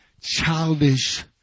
childish